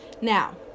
Now